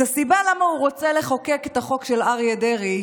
את הסיבה למה הוא רוצה לחוקק את החוק של אריה דרעי,